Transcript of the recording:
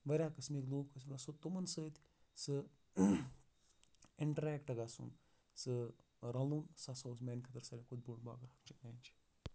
واریاہ قٔسمٕکۍ لوٗکھ تِمن سۭتۍ سُہ اِنٹٔریکٹ گژھُن سُہ رَلُن سُہ ہسا اوس میانہِ خٲطرٕ ساروی کھۄتہٕ بوٚڑ بارٕ اکھ چیلینج